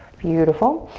beautiful.